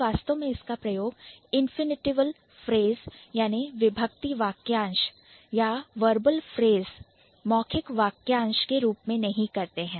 हम वास्तव में इसका उपयोग Infinitival Phrase इंफिनिटीवल फ्रेस विभक्ति वाक्यांश या Verbal Phrase वरबल फ्रेस मौखिक वाक्यांश के रूप में नहीं करते हैं